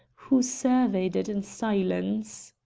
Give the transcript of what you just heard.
who surveyed it in silence.